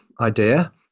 idea